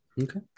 okay